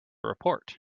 report